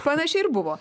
panašiai ir buvo